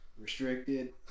restricted